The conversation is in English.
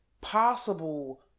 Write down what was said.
possible